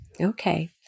Okay